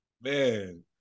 Man